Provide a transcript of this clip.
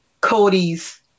Cody's